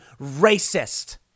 racist